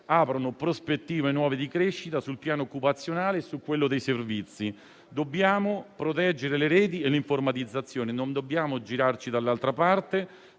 nuove prospettive di crescita sul piano occupazionale e su quello dei servizi. Dobbiamo proteggere le reti e l'informatizzazione. Non dobbiamo girarci dall'altra parte,